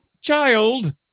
child